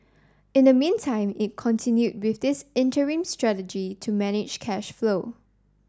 in the meantime it continued with this interim strategy to manage cash flow